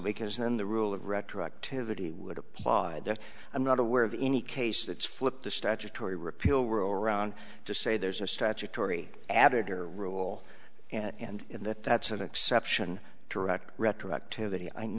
because then the rule of retroactivity would apply that i'm not aware of any case that's flipped the statutory repeal were around to say there's a statutory added or rule and in that that's an exception direct retroactivity i'm